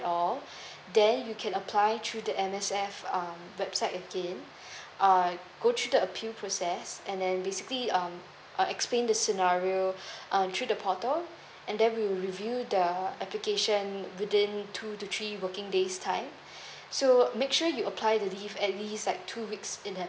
then you can apply through that M_S_F um website again uh go through the appeal process and then basically um uh explain the scenario um through the portal and then we will review the application within two to three working days time so make sure you apply the leave at least like two weeks in advance